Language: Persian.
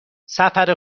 سفر